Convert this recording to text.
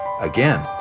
Again